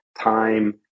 time